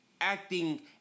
acting